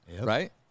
right